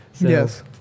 yes